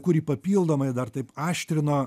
kurį papildomai dar taip aštrina